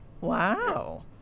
Wow